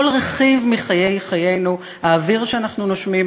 כל רכיב מחיינו: האוויר שאנחנו נושמים,